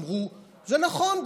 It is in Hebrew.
אמרו: זה נכון,